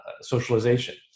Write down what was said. socialization